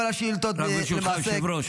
כל השאילתות למעשה --- רק ברשות היושב-ראש,